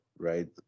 Right